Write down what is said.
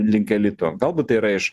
link elito galbūt tai yra iš